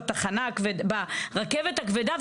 ברכבת הכבדה,